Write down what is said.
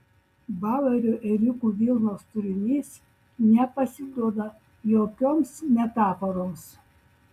bauerio ėriukų vilnos turinys nepasiduoda jokioms metaforoms